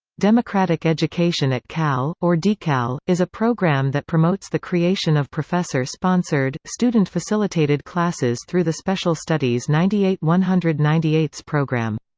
democratic education at cal, or decal, is a program that promotes the creation of professor-sponsored, student-facilitated classes through the special studies ninety eight one hundred and ninety eight program.